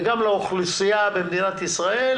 וגם לאוכלוסייה במדינת ישראל,